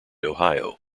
ohio